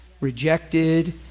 rejected